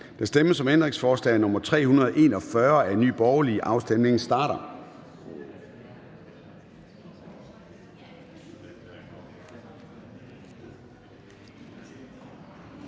Der stemmes om ændringsforslag nr. 345 af Nye Borgerlige. Afstemningen starter.